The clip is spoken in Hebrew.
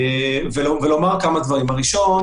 כגון עימותים או דברים כאלה, שדרושות